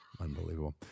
unbelievable